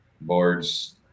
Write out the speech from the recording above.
boards